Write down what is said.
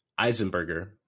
Eisenberger